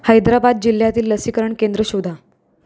हैदराबाद जिल्ह्यातील लसीकरण केंद्र शोधा